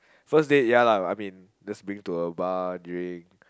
first day ya lah I mean just bring to a bar during